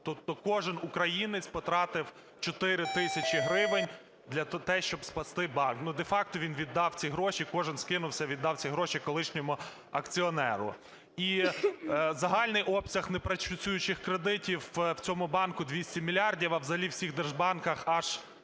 тобто кожен українець потратив 4 тисячі гривень на те, щоб спасти банк, ну, де-факто він віддав ці гроші, кожен скинувся, віддав ці гроші колишньому акціонеру. І загальний обсяг непрацюючих кредитів в цьому банку 200 мільярдів, а взагалі у всіх держбанках аж